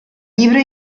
llibre